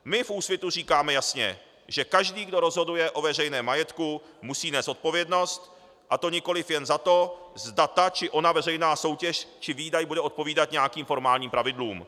My v Úsvitu říkáme jasně, že každý, kdo rozhoduje o veřejném majetku, musí nést odpovědnost, a to nikoliv jen za to, zda ta či ona veřejná soutěž či výdaj bude odpovídat nějakým formálním pravidlům.